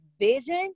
vision